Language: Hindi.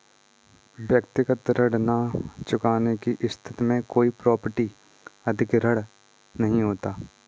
व्यक्तिगत ऋण न चुकाने की स्थिति में कोई प्रॉपर्टी अधिग्रहण नहीं होता